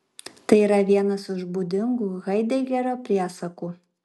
tai yra vienas iš būdingų haidegerio priesakų